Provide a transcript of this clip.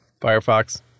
Firefox